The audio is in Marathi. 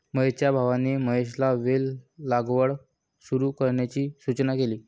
महेशच्या भावाने महेशला वेल लागवड सुरू करण्याची सूचना केली